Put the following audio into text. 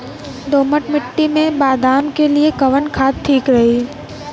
दोमट मिट्टी मे बादाम के लिए कवन खाद ठीक रही?